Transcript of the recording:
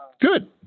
Good